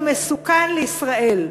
הוא מסוכן לישראל.